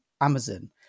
Amazon